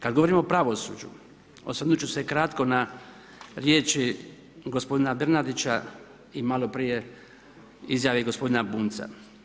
Kada govorimo o pravosuđu, osvrnuti ću se kratko na riječi gospodina Bernardića i malo prije izjave gospodina Bunjca.